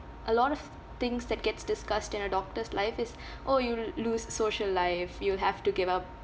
a lot of things that gets discussed in a doctor's life is orh you'll lose social life you'll have to give up